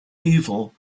evil